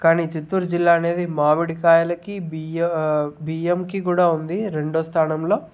కానీ చిత్తూరు జిల్లా అనేది మామిడికాయలకి బియ్య బియ్యంకి కూడా ఉంది రెండవ స్థానంలో